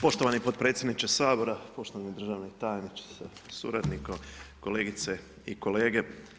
Poštovani potpredsjedniče Sabora, poštovani državni tajniče sa suradnikom, kolegice i kolege.